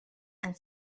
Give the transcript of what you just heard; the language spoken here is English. and